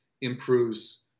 improves